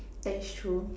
that's true